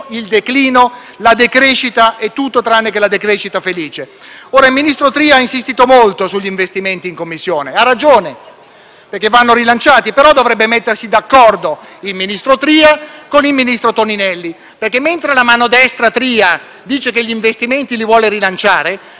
il ministro Tria ha insistito molto sugli investimenti in Commissione. Ha ragione, perché vanno rilanciati, però dovrebbe mettersi d'accordo il ministro Tria con il ministro Toninelli perché mentre la mano destra - Tria - dice che gli investimenti li vuole rilanciare, la mano sinistra - Toninelli - non ha ancora sbloccato i 36 miliardi stanziati